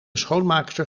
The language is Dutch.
schoonmaakster